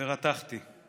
ורתחתי.